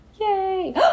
Yay